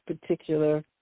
particular